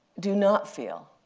do not feel,